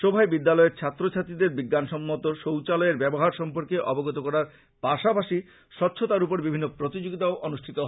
সভায় বিদ্যালয়ের ছাত্র ছাত্রীদের বিজ্ঞান সম্মত শৌচালয়ের ব্যবহার সর্ম্পকে অবগত করার পাশাপাশি স্বচ্ছতার উপর বিভিন্ন প্রতিযোগীতা অনুষ্ঠিত হয়